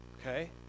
Okay